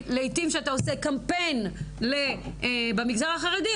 לעיתים כשאתה עושה קמפיין במגזר החרדי,